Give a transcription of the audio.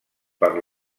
per